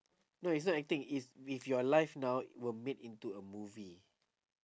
no it's not acting it's if your life now were made into a movie